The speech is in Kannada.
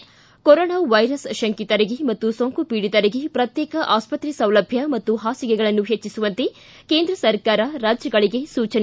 ಿ ಕೊರೊನಾ ವೈರಸ್ ಶಂಕಿತರಿಗೆ ಮತ್ತು ಸೋಂಕು ಪೀಡಿತರಿಗೆ ಪ್ರಕ್ಷೇಕ ಆಸ್ಪತ್ರೆ ಸೌಲಭ್ಯ ಮತ್ತು ಹಾಸಿಗೆಗಳನ್ನು ಹೆಚ್ಚಿಸುವಂತೆ ಕೇಂದ್ರ ಸರ್ಕಾರ ರಾಜ್ಯಗಳಿಗೆ ಸೂಚನೆ